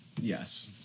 Yes